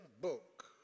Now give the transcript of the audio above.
book